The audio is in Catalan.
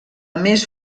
més